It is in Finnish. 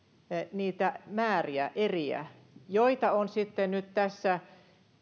niitä määriä eriä mitä on nyt tässä